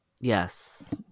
Yes